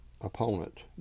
Opponent